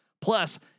Plus